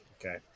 Okay